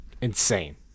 insane